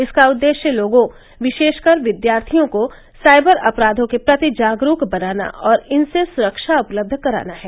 इसका उद्देश्य लोगों विशेषकर विद्यार्थियों को साइबर अपराधों के प्रति जागरूक बनाना और इनसे सुरक्षा उपलब्ध कराना है